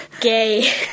gay